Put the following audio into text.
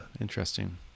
interesting